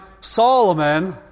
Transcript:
Solomon